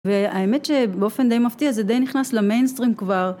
והאמת שבאופן די מפתיע זה די נכנס למיינסטרים כבר.